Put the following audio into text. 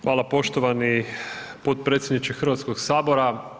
Hvala poštovani potpredsjednice Hrvatskoga sabora.